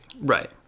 Right